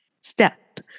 Step